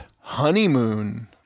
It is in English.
Honeymoon